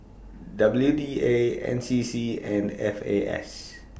W D A N C C and F A S